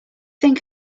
think